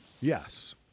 Yes